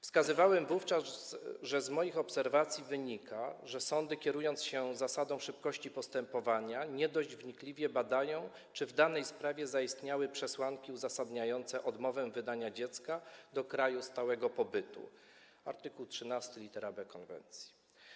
Wskazywałem wówczas, że z moich obserwacji wynika, że sądy, kierując się zasadą szybkości postępowania, nie dość wnikliwie badają, czy w danej sprawie zaistniały przesłanki uzasadniające odmowę wydania dziecka do kraju stałego pobytu - art. 13 lit. b konwencji.